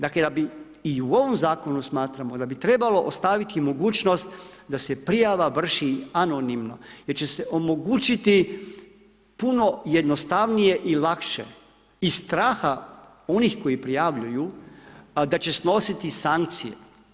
Dakle i u ovom zakonu smatramo da bi trebalo ostaviti mogućnost da se prijava vrši anonimno jer će se omogućiti puno jednostavnije i lakše iz straha onih koji prijavljuju a da će snositi sankcije.